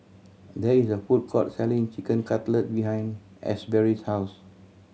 there is a food court selling Chicken Cutlet behind Asberry's house